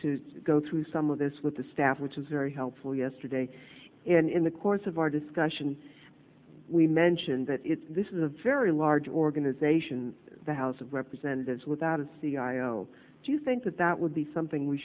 to go through some of this with the staff which was very helpful yesterday in the course of our discussion we mentioned that it's this is a very large organization the house of representatives without a c e o do you think that that would be something we